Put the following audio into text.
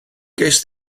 ges